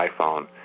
iPhone